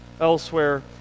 elsewhere